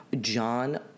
John